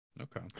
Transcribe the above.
okay